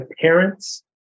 parents